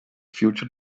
future